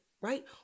right